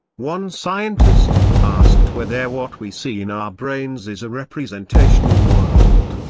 one scientist, asked whether what we see in our brains is a representational world,